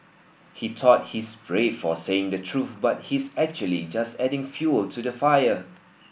he thought he's brave for saying the truth but he's actually just adding fuel to the fire